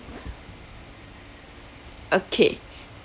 okay